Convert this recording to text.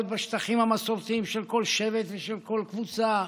בשטחים המסורתיים של כל שבט ושל כל קבוצה?